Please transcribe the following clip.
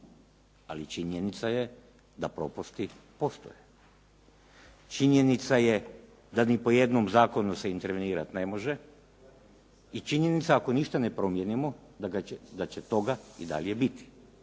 Ali činjenica je da propusti postoje. Činjenica je da niti po jednom zakonu se intervenirati ne može. I činjenica ako ništa ne promijenimo da će toga i dalje biti.